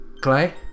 Clay